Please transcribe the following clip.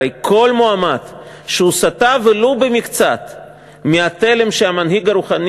הרי כל מועמד שסטה ולו במקצת מהתלם שהמנהיג הרוחני